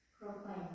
proclaim